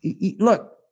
Look